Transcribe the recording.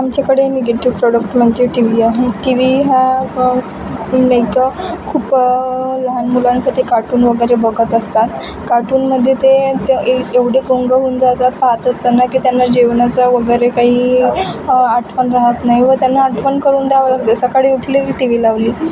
आमच्याकडे negative product म्हणजे TV आहे टी वी हा नाही का खूप लहान मुलांसाठी कार्टून वगैरे बघत असतात कार्टूनमध्ये ते ते ए एवढे गुंग होऊन जातात पात असताना की त्यांना जेवणाचं वगैरे काही आठवण राहात नाही व त्यांना आठवण करून द्यावं लागते सकाळी उठले की टी वी लावली